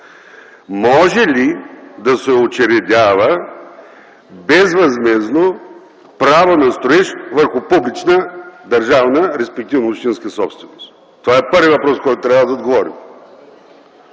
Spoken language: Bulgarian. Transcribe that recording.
може ли да се учредява безвъзмездно право на строеж върху публична държавна, респективно общинска собственост? Това е първият въпрос, на който трябва да отговорим.